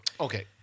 Okay